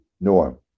norm